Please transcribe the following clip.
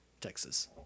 Texas